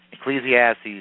Ecclesiastes